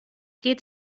geht